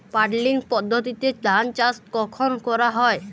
Puddling পদ্ধতিতে ধান চাষ কখন করা হয়?